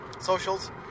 Socials